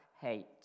hate